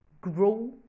grow